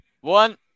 one